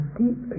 deep